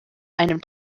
einem